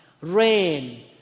rain